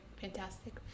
fantastic